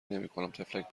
نمیکنم، طفلک